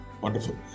Wonderful